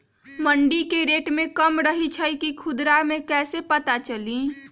मंडी मे रेट कम रही छई कि खुदरा मे कैसे पता चली?